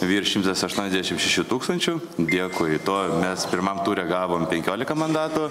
virš šimtas aštuoniasdešim šešių tūkstančių dėkui to mes pirmam ture gavome penkiolika mandatų